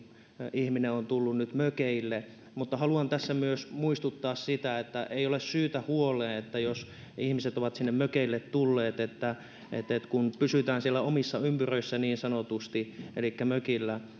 ihminen on tullut nyt mökille mutta haluan tässä myös muistuttaa siitä että ei ole syytä huoleen jos ihmiset ovat sinne mökeille tulleet kun pysytään siellä omissa ympyröissä niin sanotusti elikkä mökillä